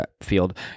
field